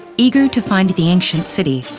eager to find the ancient city,